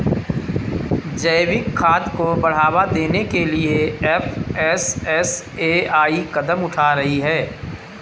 जैविक खाद को बढ़ावा देने के लिए एफ.एस.एस.ए.आई कदम उठा रही है